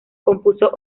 compuso